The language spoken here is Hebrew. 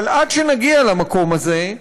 אבל עד שנגיע למקום הזה,